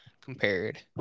compared